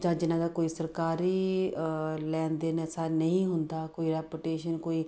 ਜਾਂ ਜਿਹਨਾਂ ਦਾ ਕੋਈ ਸਰਕਾਰੀ ਲੈਣ ਦੇਣ ਐਸਾ ਨਹੀਂ ਹੁੰਦਾ ਕੋਈ ਰੈਪੁਟੇਸ਼ਨ ਕੋਈ